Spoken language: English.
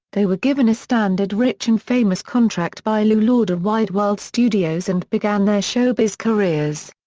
they were given a standard rich and famous contract by lew lord of wide world studios and began their showbiz careers.